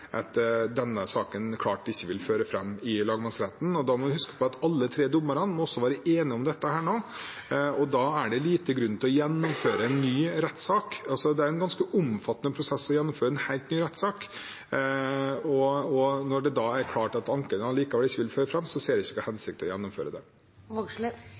at denne saken klart ikke vil føre fram i lagmannsretten. Man må også huske på at alle de tre dommerne må være enige om det, og da er det liten grunn til å gjennomføre en ny rettssak. Det er en ganske omfattende prosess å skulle gjennomføre en helt ny rettssak. Når det da er klart at anken uansett ikke vil føre fram, ser vi ikke